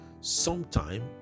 sometime